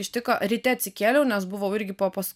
ištiko ryte atsikėliau nes buvau irgi po pas